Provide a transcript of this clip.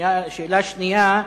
שאלה שנייה,